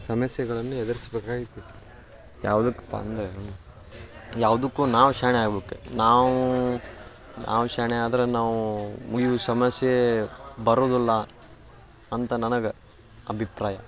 ಸಮಸ್ಯೆಗಳನ್ನು ಎದುರಿಸ್ಬೇಕಾಗೈತಿ ಯಾವುದಕಪ್ಪ ಅಂದರೆ ಯಾವ್ದುಕ್ಕೂ ನಾವು ಶಾಣೆ ಆಗ್ಬೇಕು ನಾವು ನಾವು ಶಾಣೆಯಾದ್ರೆ ನಾವು ಮು ಇವು ಸಮಸ್ಯೆ ಬರೋದಿಲ್ಲ ಅಂತ ನನಗೆ ಅಭಿಪ್ರಾಯ